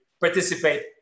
participate